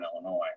Illinois